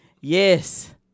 yes